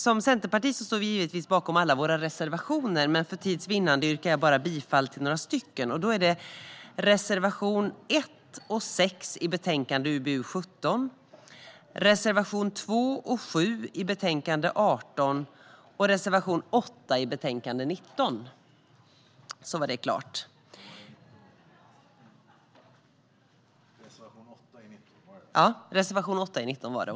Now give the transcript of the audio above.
Som centerpartist står jag givetvis bakom alla våra reservationer, men för tids vinnande yrkar jag bara bifall till några av dem. Det är reservation 1 och 6 i betänkande UbU17, reservation 2 och 7 i betänkande UbU18 och reservation 8 i betänkande UbU19. Herr talman!